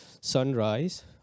sunrise